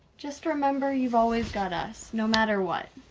just remember you've always got us, no matter what.